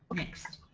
next.